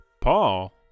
Paul